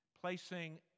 placing